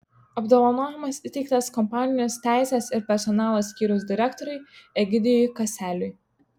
apdovanojimas įteiktas kompanijos teisės ir personalo skyriaus direktoriui egidijui kaseliui